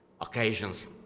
occasions